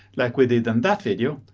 like we did in that video,